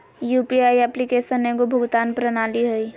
UPI application एगो भुगतान प्रणाली हइ